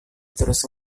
terus